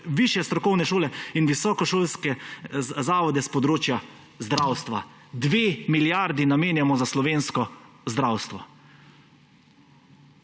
višje strokovne šole in visokošolske zavode s področja zdravstva. Dve milijardi namenjamo za slovensko zdravstvo.